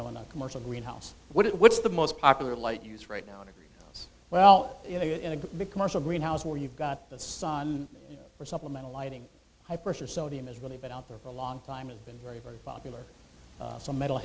know in a commercial greenhouse what it what's the most popular light use right now and it's well you know you're in a big commercial greenhouse where you've got the sun for supplemental lighting high pressure sodium is really bad out there for a long time and been very very popular some metal